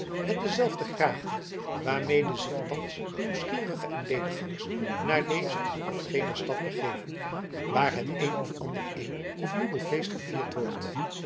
met dezelfde graagte waarmede zich thans nieuwsgierigen en lediggangers naar deze of gene stad begeven waar het een of ander eeuw of jubelfeest gevierd wordt